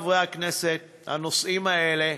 חברי חברי הכנסת, הנושאים האלה,